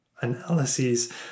analyses